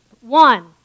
One